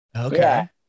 Okay